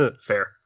Fair